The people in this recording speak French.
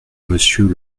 monsieur